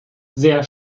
sehr